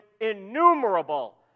innumerable